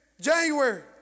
January